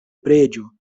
preĝu